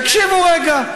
תקשיבו רגע.